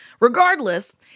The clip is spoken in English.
Regardless